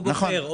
הוא בוחר,